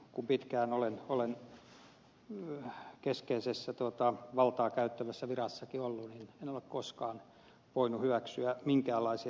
kun pitkään olen keskeisessä valtaa käyttävässä virassakin ollut niin en ole koskaan voinut hyväksyä minkäänlaisia sen ilmentymiä